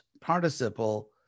participle